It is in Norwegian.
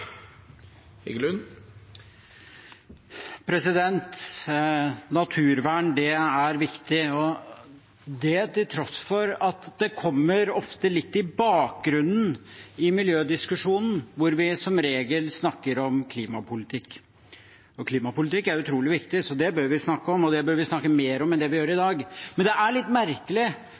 viktig, til tross for at det ofte kommer litt i bakgrunnen i miljødiskusjonen, der vi som regel snakker om klimapolitikk. Klimapolitikk er utrolig viktig, så det bør vi snakke mer om enn vi gjør i dag. Men det er litt merkelig